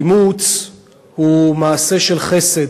אימוץ הוא מעשה של חסד.